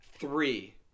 Three